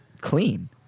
clean